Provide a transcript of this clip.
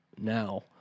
now